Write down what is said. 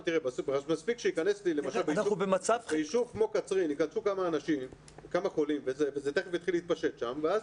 מספיק שביישוב כמו קצרין ייכנסו כמה חולים וזה תיכף יתחיל להתפשט שם ואז